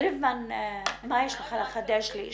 יריב מן, מה יש לך לחדש לי?